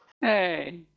Hey